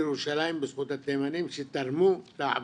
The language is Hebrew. היא הועברה לירושלים בזכות התימנים שתרמו להעברתה.